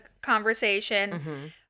conversation